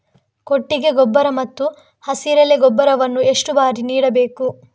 ಕೊಟ್ಟಿಗೆ ಗೊಬ್ಬರ ಮತ್ತು ಹಸಿರೆಲೆ ಗೊಬ್ಬರವನ್ನು ಎಷ್ಟು ಬಾರಿ ನೀಡಬೇಕು?